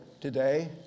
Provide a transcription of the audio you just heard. today